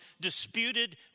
disputed